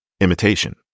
imitation